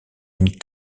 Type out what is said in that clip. une